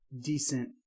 decent